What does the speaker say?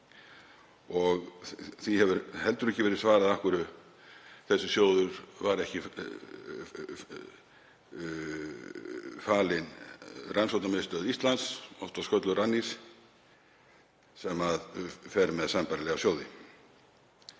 Því hefur heldur ekki verið svarað af hverju þessi sjóður var ekki falinn Rannsóknamiðstöð Íslands, oftast kölluð Rannís, sem fer með sambærilega sjóði.